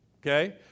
Okay